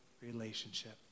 relationship